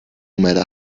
matter